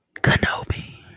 Kenobi